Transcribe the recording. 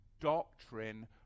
doctrine